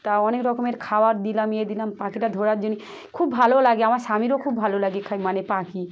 তা অনেক রকমের খাবার দিলাম ইয়ে দিলাম পাখিটা ধরার জন্য খুব ভালো লাগে আমার স্বামীরও খুব ভালো লাগে মানে পাখি